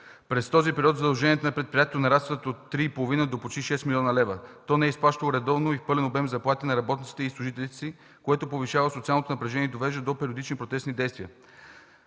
През този период задълженията на предприятието нарастват от 3,5 до почти 6 млн. лв. То не е изплащало редовно и в пълен обем заплатите на работниците и служителите си, което повишава социалното напрежение и довежда до периодични протестни действия.